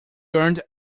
earned